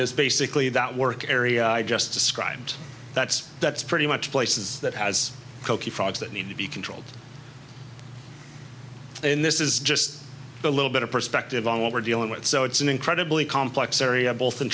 is basically that work area i just described that's that's pretty much places that has kochi frogs that need to be controlled in this is just a little bit of perspective on what we're dealing with so it's an incredibly complex area both in